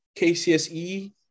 KCSE